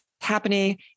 happening